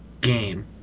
game